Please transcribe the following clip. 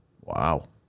Wow